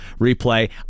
replay